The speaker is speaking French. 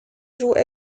jouent